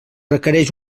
requereix